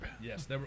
Yes